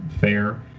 fair